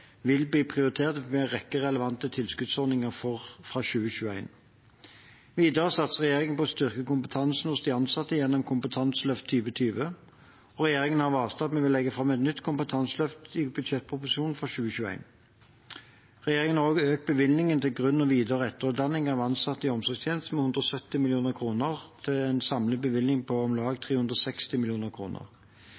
vil bli prioritert ved en rekke relevante tilskuddsordninger fra 2021. Videre satser regjeringen på å styrke kompetansen hos de ansatte gjennom Kompetanseløft 2020. Regjeringen har varslet at vi vil legge fram et nytt kompetanseløft i budsjettproposisjonen for 2021. Regjeringen har også økt bevilgningen til grunn-, videre- og etterutdanning av ansatte i omsorgstjenestene med 170 mill. kr, til en samlet bevilgning på om lag